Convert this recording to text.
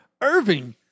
Irving